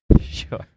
Sure